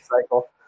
cycle